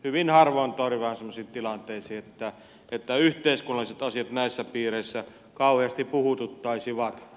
hyvin harvoin törmää semmoisiin tilanteisiin että yhteiskunnalliset asiat näissä piireissä kauheasti puhututtaisivat